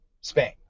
Spain